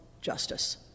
justice